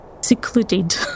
secluded